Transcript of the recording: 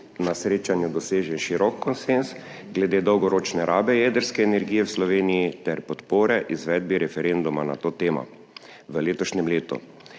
na srečanju dosežen širok konsenz glede dolgoročne rabe jedrske energije v Sloveniji ter podpore izvedbi referenduma na to temo v letošnjem letu.